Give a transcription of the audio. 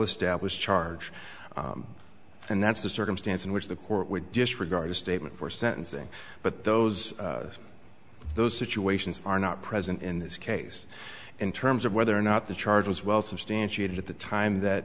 established charge and that's the circumstance in which the court would disregard a statement for sentencing but those those situations are not present in this case in terms of whether or not the charge was well substantiated at the time that